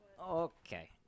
Okay